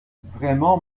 vraiment